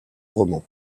roman